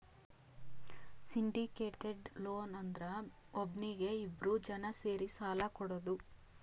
syndicated loan ಅಂದುರ್ ಒಬ್ನೀಗಿ ಇಬ್ರು ಜನಾ ಸೇರಿ ಸಾಲಾ ಕೊಡೋದು